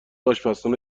اشپزخونه